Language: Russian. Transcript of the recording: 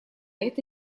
это